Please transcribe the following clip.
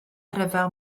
rhyfel